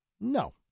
No